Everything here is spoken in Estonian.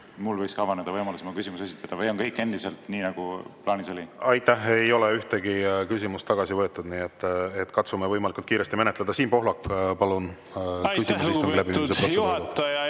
mul võiks ka avaneda võimalus oma küsimus esitada, või on kõik endiselt nii, nagu plaanis oli. Aitäh! Ei ole ühtegi küsimust tagasi võetud, nii et katsume võimalikult kiiresti menetleda. Siim Pohlak, palun, küsimus instungi läbiviimise protseduuri